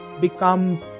become